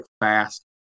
fast